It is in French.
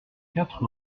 quatre